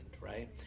right